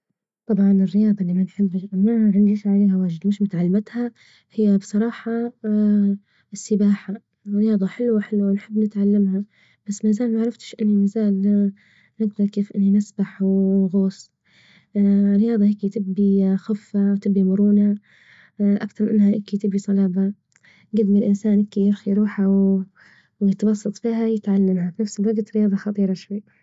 طبعا الرياضة اللي منحبش ما عنديش عليها وجد مش متعلمتها هي بصراحة السباحة رياضة حلوة حلوة ونحت نتعلمها بس ما زال معرفتش ما زال إني نجدر كيف إني نسبح ونغوص، عليها تبي خفة وتبي مرونة أكثر من إنها هكي تبي صلابة، جبل ما الإنسان يكي اخ يروحها ويتوسط فيها يتعلمها، بنفس الوجت رياضة خطيرة شوي.